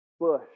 bush